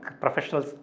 professionals